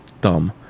Dumb